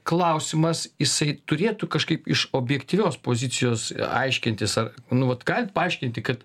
klausimas jisai turėtų kažkaip iš objektyvios pozicijos aiškintis ar nu vat galit paaiškinti kad